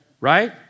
Right